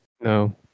No